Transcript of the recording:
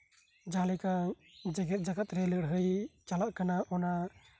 ᱡᱟᱦᱟᱸ ᱞᱮᱠᱟ ᱡᱮᱜᱮᱫ ᱡᱟᱠᱟᱛ ᱨᱮ ᱞᱟᱹᱲᱦᱟᱹᱭ ᱪᱟᱞᱟᱜ ᱠᱟᱱᱟ ᱚᱱᱟ